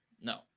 No